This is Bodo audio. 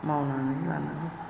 मावनानै लानांगौ